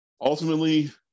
Ultimately